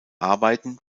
arbeiten